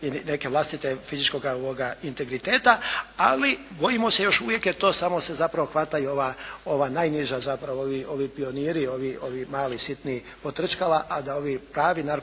neke vlastite, fizičkoga integriteta. Ali bojimo se još uvijek je to samo se zapravo hvata i ova najniža zapravo, i ovi pioniri i ovi mali sitni potrčkala, a da ovi pravi narko